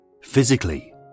Physically